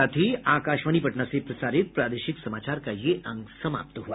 इसके साथ ही आकाशवाणी पटना से प्रसारित प्रादेशिक समाचार का ये अंक समाप्त हुआ